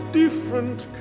different